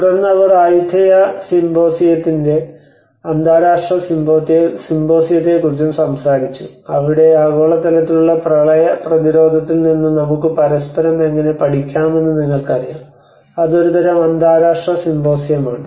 തുടർന്ന് അവർ ആയുത്തയ സിമ്പോസിയത്തിന്റെ അന്താരാഷ്ട്ര സിമ്പോസിയത്തെക്കുറിച്ചും സംസാരിച്ചു അവിടെ ആഗോളതലത്തിലുള്ള പ്രളയ പ്രതിരോധത്തിൽ നിന്ന് നമുക്ക് പരസ്പരം എങ്ങനെ പഠിക്കാമെന്ന് നിങ്ങൾക്കറിയാം അത് ഒരുതരം അന്താരാഷ്ട്ര സിമ്പോസിയമാണ്